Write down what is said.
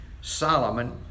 Solomon